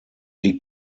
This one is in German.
die